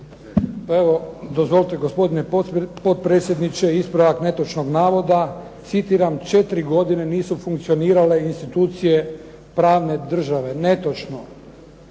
Evo dozvolite gospodine potpredsjedniče ispravak netočnog navoda. Citiram: “Četiri godine nisu funkcionirale institucije pravne države.“ Netočno.